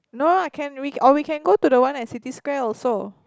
no I can we or we can go to the one at City Square also